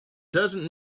doesn’t